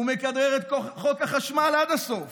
הוא מכדרר את חוק החשמל עד הסוף.